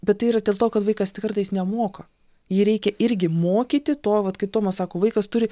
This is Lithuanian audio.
bet tai yra dėl to kad vaikas t kartais nemoka jį reikia irgi mokyti to vat kaip tomas sako vaikas turi